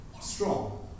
strong